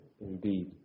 Indeed